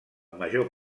major